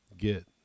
get